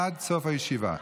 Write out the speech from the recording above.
עד סוף הישיבה.